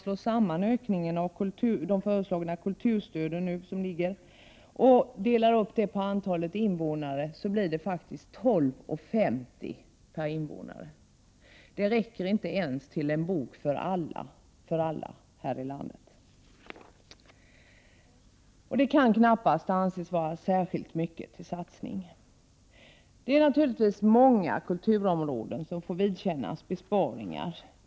Slår man samman ökningen av de föreslagna kulturstöden och delar upp summan på antalet invånare, blir det faktiskt 12:50 per invånare. Det räcker inte ens till en bok för alla här i landet. Detta kan knappast anses vara en särskilt stor satsning. Det är naturligtvis många kulturområden som får vidkännas besparingar.